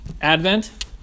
Advent